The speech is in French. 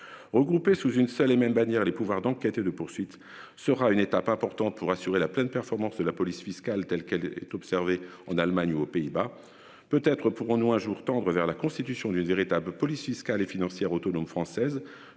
Regroupés sous une seule et même bannière les pouvoirs d'enquête et de poursuites sera une étape importante pour assurer la pleine performance et la police fiscale telle qu'elle est observée en Allemagne ou aux Pays-Bas. Peut-être pourrons-nous un jour tendre vers la constitution d'une véritable police fiscale et financière autonome française